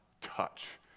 touch